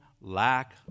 lack